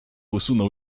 usunął